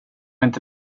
inte